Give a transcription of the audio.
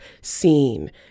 seen